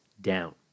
down